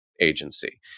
agency